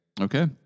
Okay